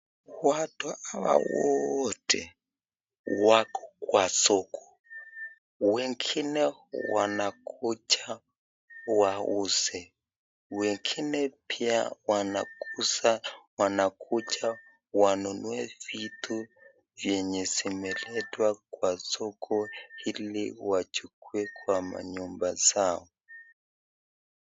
Watu hawa woote wako kwa soko, wengine wanakuja wauze, wengine pia wanakuja wanunue vitu yenye zimeletwa kwa soko ili wachukue kwa manyumba zao.